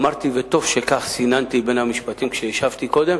אמרתי, וטוב שכך סיננתי בין המשפטים כשהשבתי קודם,